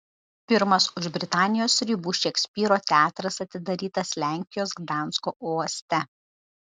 pirmas už britanijos ribų šekspyro teatras atidarytas lenkijos gdansko uoste